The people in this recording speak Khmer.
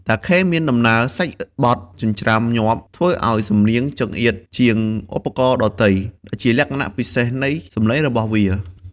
តាខេមានដំណើរ សាច់បទចិញ្ច្រាំញាប់ធ្វើឱ្យសំនៀងចង្អៀតជាងឧបករណ៍ដទៃ ដែលជាលក្ខណៈពិសេសនៃសម្លេងរបស់វា។